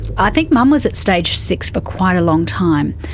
i think mum was at stage six for quite a long time,